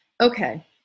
okay